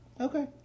Okay